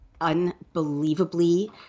unbelievably